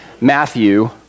Matthew